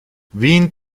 wien